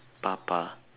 Papa